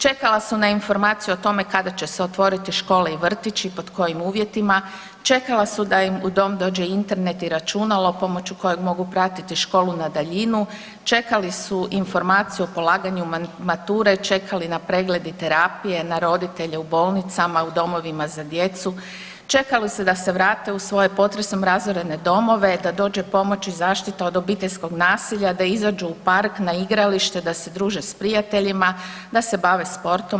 Čekala su na informacije o tome kada će se otvoriti škole i vrtići, pod kojim uvjetima, čekala su da im u dom dođe Internet i računalo pomoću kojeg mogu pratiti školu na daljinu, čekali smo informaciju o polaganju mature, čekali na pregled i terapije, na roditelje u bolnicama, u domovima za djecu, čekala su da se vrate u svoje potresom razorene domove, da dođe pomoć i zaštita od obiteljskog nasilja, da izađu u park, na igralište da se druže s prijateljima, da se bave sportom.